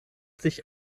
sich